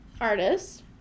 artist